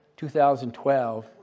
2012